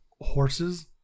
horses